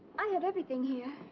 i have everything here.